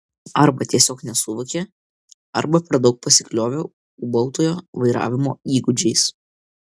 arba tiesiog nesuvokė arba per daug pasikliovė ūbautojo vairavimo įgūdžiais